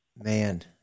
Man